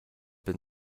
been